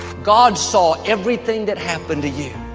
god saw everything that happened to you.